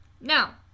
Now